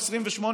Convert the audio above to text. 28,